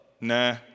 Nah